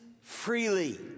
freely